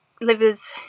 liver's